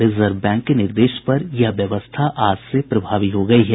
reserve bank के निर्देश पर यह व्यवस्था आज से प्रभावी हो गयी है